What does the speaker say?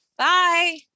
Bye